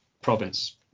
province